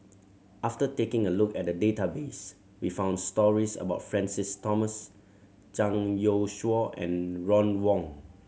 after taking a look at the database we found stories about Francis Thomas Zhang Youshuo and Ron Wong